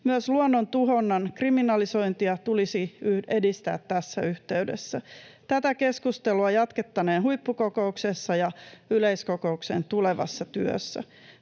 Myös luonnontuhonnan kriminalisointia tulisi edistää tässä yhteydessä. Tätä keskustelua jatkettaneen huippukokouksessa ja yleiskokouksen tulevassa työssä.